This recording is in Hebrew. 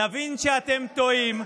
נבין שאתם טועים.